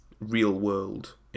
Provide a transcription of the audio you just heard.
real-world